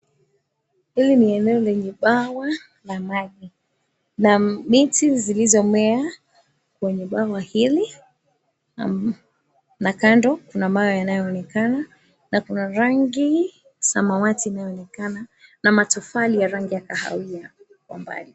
Hili ni eneo lenye bwawa la maji na miti zilizomea kwenye bwawa hili na kando kuna mawe yanayoonekana na kuna rangi samawati inayoonekana na matofali ya rangi ya kahawia kwa mbali.